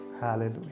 Hallelujah